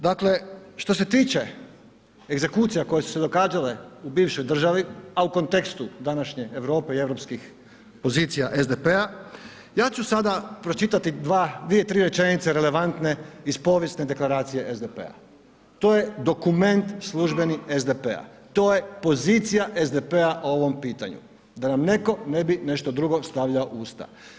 Dakle, što se tiče egzekucija koje su se događale u bivšoj državi, a u kontekstu današnje Europe i pozicija SDP-a, ja ću sada pročitati dvije, tri rečenice relevantne iz Povijesne deklaracije SDP-a, to je dokument službeni SDP-a, to je pozicija SDP-a o ovom pitanju da nam neko ne bi nešto drugo stavljao u usta.